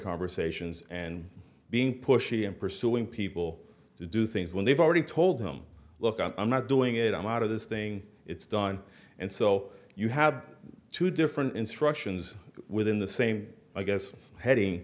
conversations and being pushy and pursuing people to do things when they've already told them look i'm not doing it i'm out of this thing it's done and so you had two different instructions within the same i guess heading